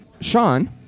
Sean